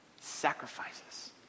sacrifices